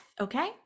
okay